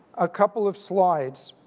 a couple of slides